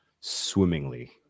swimmingly